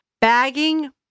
bagging